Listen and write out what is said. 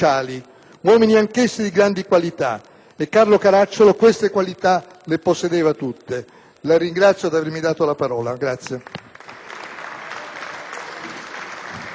uomini anch'essi di grandi qualità e Carlo Caracciolo queste qualità le possedeva tutte. La ringrazio di avermi dato la parola.